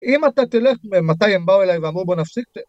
אם אתה תלך, מתי הם באו אליי ואמרו בואו נפסיק את זה?